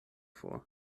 vor